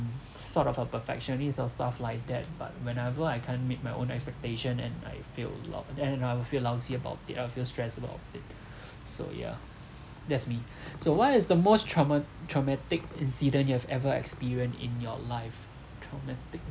sort of a perfectionist or stuff like that but whenever I can't meet my own expectation and I fail a lot then I will feel lousy about it I will feel stress about it so yeah that's me so what is the most trauma~ traumatic incident you have ever experienced in your life traumatic